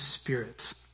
spirit's